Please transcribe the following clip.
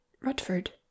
Rutford